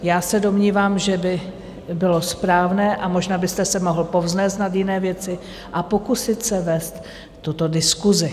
Já se domnívám, že by bylo správné, a možná byste se mohl povznést nad jiné věci a pokusit se vést tuto diskusi.